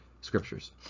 scriptures